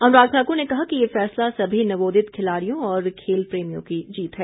अनुराग ठाकुर ने कहा कि ये फैसला सभी नवोदित खिलाड़ियों और खेल प्रेमियों की जीत है